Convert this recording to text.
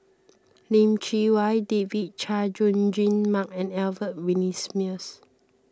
Lim Chee Wai David Chay Jung Jun Mark and Albert Winsemius